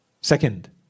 Second